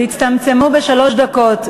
תצטמצמו בשלוש דקות.